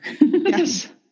Yes